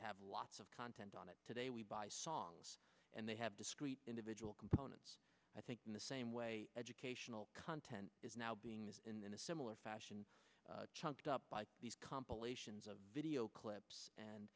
it have lots of content on it today we buy songs and they have discrete individual components i think in the same way educational content is now being in a similar fashion chunked up by these compilations of video clips and